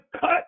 cut